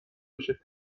بشه